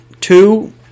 two